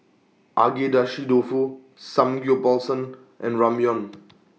Agedashi Dofu Samgyeopsal and Ramyeon